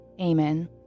Amen